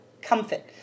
comfort